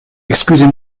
excusez